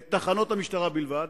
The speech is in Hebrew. את תחנות המשטרה בלבד,